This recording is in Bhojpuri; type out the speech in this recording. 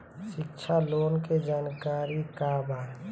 शिक्षा लोन के जानकारी का बा?